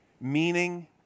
meaning